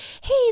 Hey